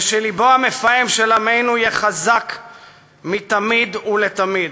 ושלבו המפעם של עמנו יהיה חזק מתמיד, ולתמיד,